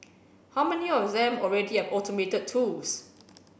how many of them already have automated tools